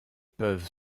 peuvent